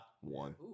One